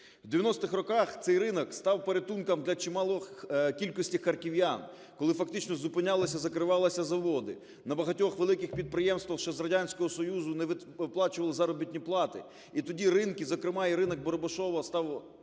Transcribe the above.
У 90-х роках цей ринок став порятунком для чималої кількості харків'ян, коли фактично зупинялися, закривалися заводи, на багатьох великих підприємствах ще за Радянського Союзу не виплачували заробітні плати, і тоді ринки, зокрема і ринок "Барабашово" став, напевно,